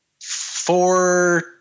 four